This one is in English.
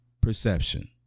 perception